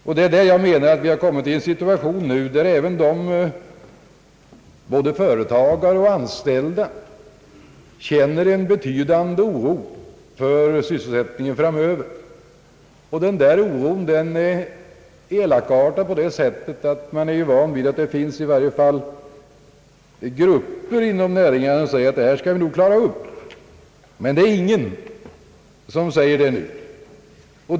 Vi har nu kommit i en sådan situation att både företagare och anställda känner en betydande oro för sysselsättningen framöver. Man är van vid att det i varje fall finns grupper inom näringarna som säger att vi nog skall klara av detta. Men det är ingen som säger det nu.